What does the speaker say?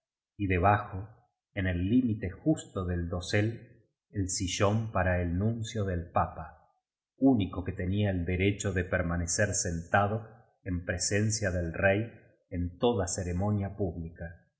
y debajo en el límite justo del dosel el sillón para el nuncio del papa único que tenía el derecho de permanecer sentado en presencia del rey en toda ceremonia pública